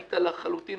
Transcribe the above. היית לחלוטין